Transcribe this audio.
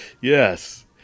Yes